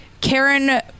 Karen